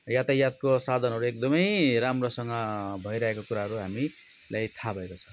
यातायातको साधनहरू एकदम राम्रोसँग भइरहेको कुराहरू हामीलाई थाहा भएको छ